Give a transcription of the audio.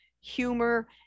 humor